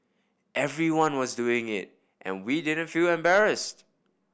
everyone was doing it and we didn't feel embarrassed